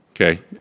okay